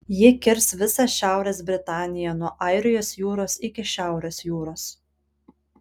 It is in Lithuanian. ji kirs visą šiaurės britaniją nuo airijos jūros iki šiaurės jūros